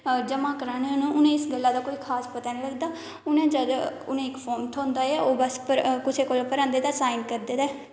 जमां कराने होन उनेंगी इस गल्ला दा कोई खास पता नेईं होंदा उनें जद उनेंगी इक फार्म थ्होंदा ऐ ओह् बस कुसै भरांदे ना ते साइन करदे ते